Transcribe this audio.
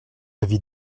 avis